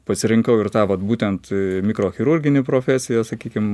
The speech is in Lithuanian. pasirinkau ir tą vat būtent mikrochirurginių profesiją sakykim